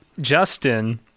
Justin